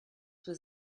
was